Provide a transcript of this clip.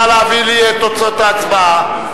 נא להביא לי את תוצאות ההצבעה.